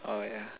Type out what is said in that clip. orh yeah